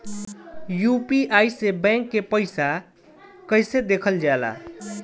UPI से bank के पैसा कैसे देखल जाला?